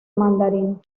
mandarín